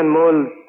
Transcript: um all